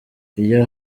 iyo